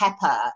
Pepper